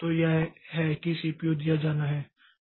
तो यह है कि सीपीयू दिया जाना है